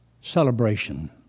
celebration